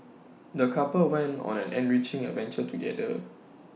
the couple went on an enriching adventure together